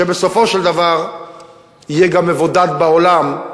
שבסופו של דבר יהיה גם מבודד בעולם,